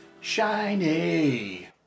shiny